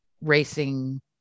racing